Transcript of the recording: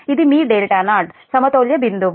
ఇది మీ0సమతౌల్య బిందువు